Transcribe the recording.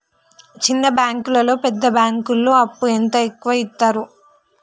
చిన్న బ్యాంకులలో పెద్ద బ్యాంకులో అప్పు ఎంత ఎక్కువ యిత్తరు?